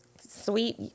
Sweet